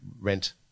rent